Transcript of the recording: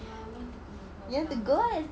ya I want to go for flower bath